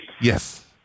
Yes